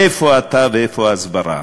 איפה אתה ואיפה הסברה?